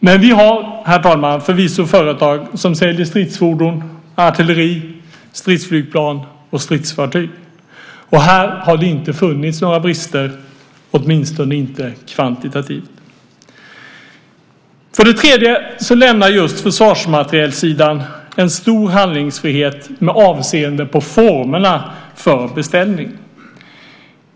Men vi har, herr talman, förvisso företag som säljer stridsfordon, artilleri, stridsflygplan och stridsfartyg. Här har det inte funnits några brister, åtminstone inte kvantitativt. För det tredje lämnar just försvarsmaterielsidan stor handlingsfrihet med avseende på formerna för beställning.